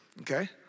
okay